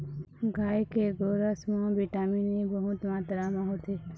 गाय के गोरस म बिटामिन ए बहुत मातरा म होथे